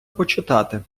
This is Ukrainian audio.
почитати